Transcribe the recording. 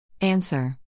Answer